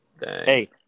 Hey